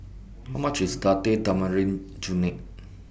How much IS Date Tamarind Chutney